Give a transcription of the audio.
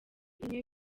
imwe